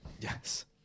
Yes